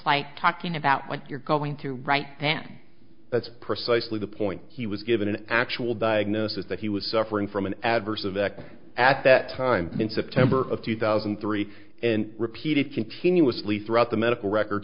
like talking about what you're going to write then that's precisely the point he was given an actual diagnosis that he was suffering from an adverse event at that time in september of two thousand and three and repeated continuously throughout the medical records